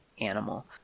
animal